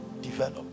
develop